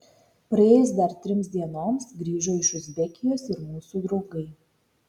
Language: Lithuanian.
praėjus dar trims dienoms grįžo iš uzbekijos ir mūsų draugai